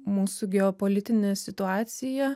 mūsų geopolitinę situaciją